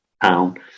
town